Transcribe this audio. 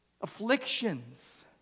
afflictions